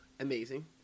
Amazing